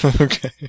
Okay